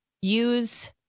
use